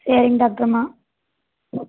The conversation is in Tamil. சேரிங்க டாக்டரம்மா